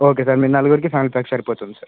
okay sir మీ నలుగురికి family pack సరిపోతుంది సార్